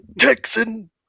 Texan